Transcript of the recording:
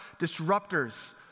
disruptors